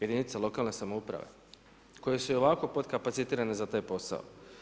Jedinica lokalne samouprave koje su i ovako potkapacitirane za taj posao.